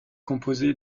composé